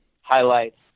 highlights